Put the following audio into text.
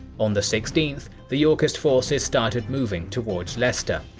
on the sixteenth the yorkist forces started moving towards leicester.